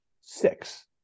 Six